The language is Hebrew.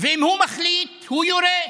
ואם הוא מחליט, הוא יורה.